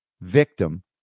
victim